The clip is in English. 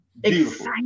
Beautiful